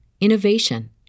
innovation